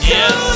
yes